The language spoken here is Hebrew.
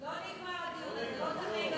לא נגמר הדיון הזה, לא צריך להיגמר.